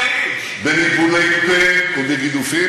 משתמש בניבולי פה ובגידופים.